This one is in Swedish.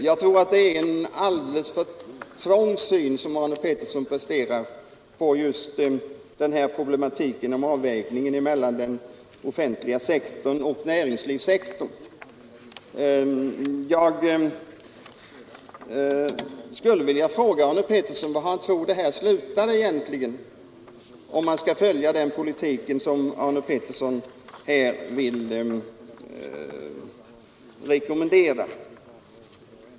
Jag tror att det är en alldeles för trång syn på problemet, liksom avvägningen mellan den offentliga sektorn och näringslivssektorn. Jag skulle vilja fråga herr Arne Pettersson var han tror att det kommer att sluta om man följer den politik som han rekommenderar.